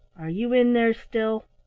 are you in there still?